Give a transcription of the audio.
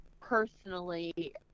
personally